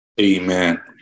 Amen